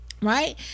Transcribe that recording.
Right